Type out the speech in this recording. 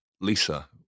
Lisa